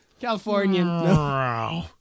Californian